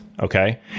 Okay